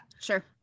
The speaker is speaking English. Sure